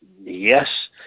Yes